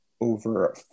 over